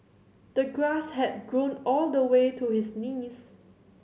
the grass had grown all the way to his knees